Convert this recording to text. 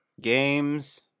games